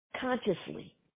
consciously